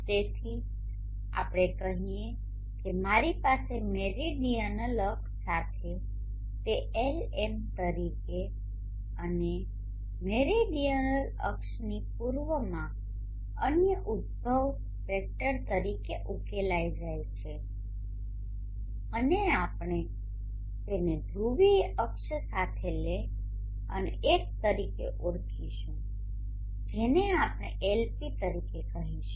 તેથી ચાલો આપણે કહીએ કે મારી પાસે મેરીડીઅનલ અક્ષ સાથે તે Lm તરીકે અને મેરીડિયન અક્ષની પૂર્વમાં અન્ય ઉદ્ભવ વેક્ટર તરીકે ઉકેલાઈ જાય છે અને આપણે તેને ધ્રુવીય અક્ષ સાથે લે અને એક તરીકે ઓળખાવીશું જેને આપણે Lp તરીકે કહીશું